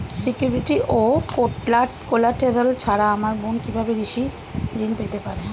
Security ও collateral ছাড়া আমার বোন কিভাবে কৃষি ঋন পেতে পারে?